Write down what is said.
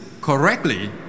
correctly